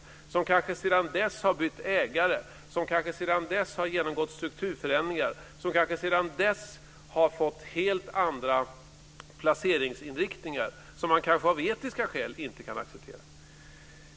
Det är bolag som kanske sedan dess har bytt ägare, som kanske sedan dess har genomgått strukturförändringar, och som kanske sedan dess har fått helt andra placeringsinriktningar som man kanske av etiska skäl inte kan acceptera.